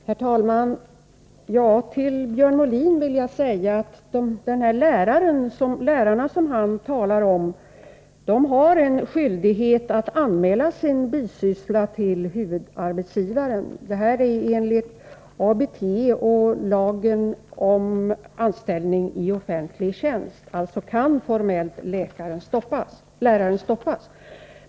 Herr talman! Till Björn Molin vill jag säga att lärarna, som han talar om, har en skyldighet att anmäla sin bisyssla till huvudarbetsgivaren. Enligt ABT och lagen om anställning i offentlig tjänst kan läraren formellt stoppas.